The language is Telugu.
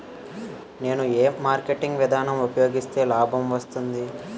నేను ఏ మార్కెటింగ్ విధానం ఉపయోగిస్తే లాభం వస్తుంది?